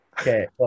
Okay